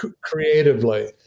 creatively